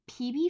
PB